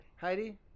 Heidi